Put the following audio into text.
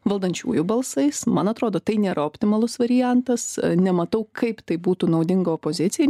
valdančiųjų balsais man atrodo tai nėra optimalus variantas nematau kaip tai būtų naudinga opozicijai